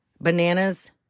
Bananas